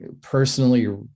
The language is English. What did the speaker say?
personally